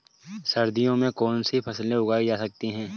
सर्दियों में कौनसी फसलें उगाई जा सकती हैं?